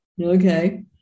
Okay